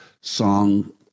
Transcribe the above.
song